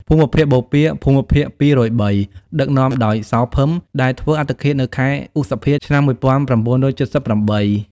ភូមិភាគបូព៌ា (ភូមិភាគ២០៣) ដឹកនាំដោយ សោ ភឹម ដែលធ្វើអត្តឃាតនៅខែឧសភា ឆ្នាំ១៩៧៨។